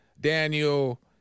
Daniel